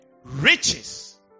Riches